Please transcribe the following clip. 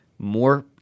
more